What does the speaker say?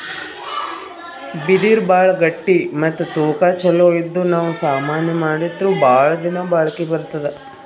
ಬಿದಿರ್ ಭಾಳ್ ಗಟ್ಟಿ ಮತ್ತ್ ತೂಕಾ ಛಲೋ ಇದ್ದು ನಾವ್ ಸಾಮಾನಿ ಮಾಡಿದ್ರು ಭಾಳ್ ದಿನಾ ಬಾಳ್ಕಿ ಬರ್ತದ್